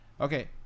Okay